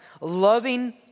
Loving